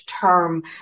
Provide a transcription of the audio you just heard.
term